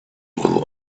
will